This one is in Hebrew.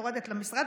יורדת למשרד,